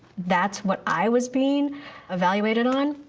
that's what i was being evaluated on,